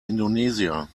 indonesia